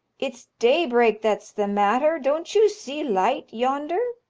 it's daybreak that's the matter don't you see light yonder?